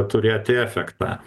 turėti efektą